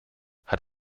hat